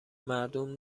مردم